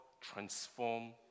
transform